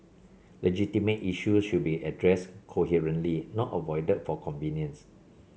legitimate issues should be addressed coherently not avoided for convenience